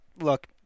look